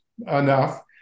enough